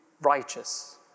righteous